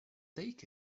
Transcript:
take